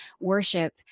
worship